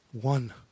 One